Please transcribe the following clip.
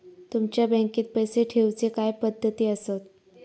तुमच्या बँकेत पैसे ठेऊचे काय पद्धती आसत?